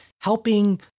helping